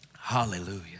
Hallelujah